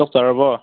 ꯆꯥꯛ ꯆꯥꯔꯕꯣ